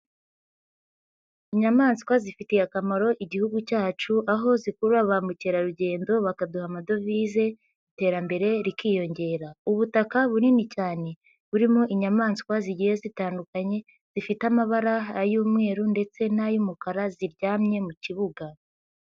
Inyamaswa zifitiye akamaro igihugu cyacu aho zikurura ba mukerarugendo bakaduha amadovize iterambere rikiyongera. Ubutaka bunini cyane burimo inyamaswa zigiye zitandukanye zifite amabara ay'umweru ndetse n'ay'umukara ziryamye mu kibuga.